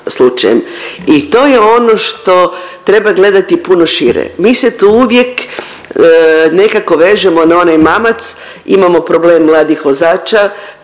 slučajem. I to je ono što treba gledati puno šire. Mi se tu uvijek nekako vežemo na onaj mamac, imamo problem mladih vozača